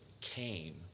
came